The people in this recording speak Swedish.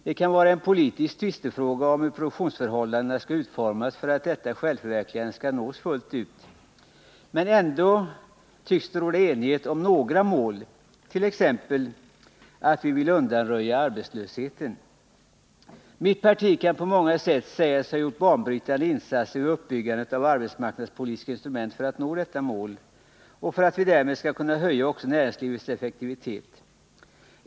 Det kan vara en politisk tvistefråga hur produktionsförhållandena skall utformas för att detta självförverkligande skall nås fullt ut, men ändå tycks det råda enighet om några mål, t.ex. att vi vill undanröja arbetslösheten. Mitt parti kan på många sätt sägas ha gjort banbrytande insatser vid uppbyggandet av arbetsmarknadspolitiska instrument för att nå detta mål och för att vi därmed också skall kunna höja näringslivets effektivitet.